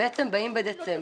כשבעצם באים בדצמבר,